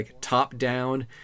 top-down